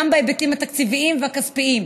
גם בהיבטים התקציביים והכספיים.